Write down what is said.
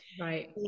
Right